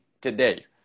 today